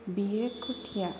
बियो खुर्तिया